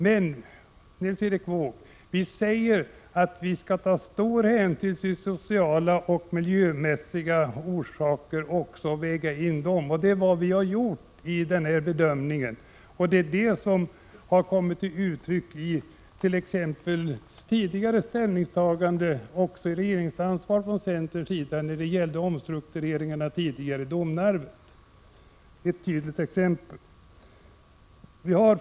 Men vi säger, Nils Erik Wååg, att vi skall ta stor hänsyn till sociala och miljömässiga aspekter och väga in dem. Det har vi också gjort i vår bedömning. Det är detta som har kommit till uttryck i tidigare ställningstaganden och regeringsansvar från centerns sida när det gällde omstruktureringarna i Domnarvet — ett typiskt exempel.